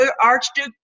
Archduke